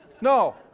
No